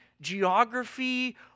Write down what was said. geography